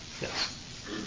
Yes